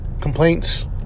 complaints